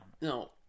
no